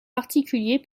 particulier